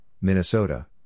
Minnesota